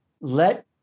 let